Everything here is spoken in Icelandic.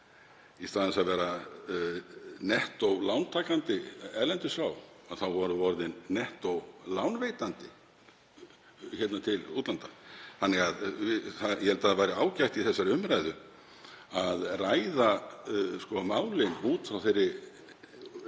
í stað þess að vera nettó lántakandi erlendis frá vorum við orðin nettó lánveitandi til útlanda. Ég held að það væri ágætt í þessari umræðu að ræða málin út frá þeirri